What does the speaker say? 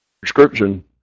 prescription